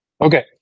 okay